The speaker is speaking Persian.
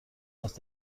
است